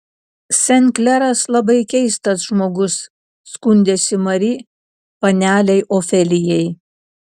sen kleras labai keistas žmogus skundėsi mari panelei ofelijai